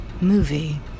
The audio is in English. Movie